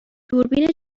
دوربین